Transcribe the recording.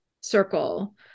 circle